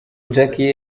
jackie